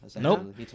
Nope